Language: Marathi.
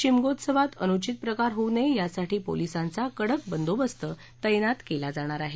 शिमगोत्सवात अनूचित प्रकार होऊ नये यासाठी पोलिसांचा कडक बंदोबस्त तत्तित केला जाणार आहे